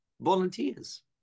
volunteers